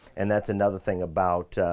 and that's another thing about,